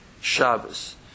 Shabbos